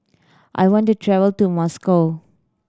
I want to travel to Moscow